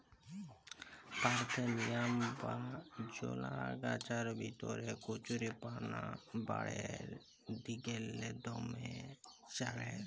parthenium বা জলা আগাছার ভিতরে কচুরিপানা বাঢ়্যের দিগেল্লে দমে চাঁড়ের